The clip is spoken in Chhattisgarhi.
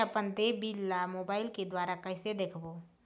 मैं अपन देय बिल ला मोबाइल के द्वारा कइसे देखबों?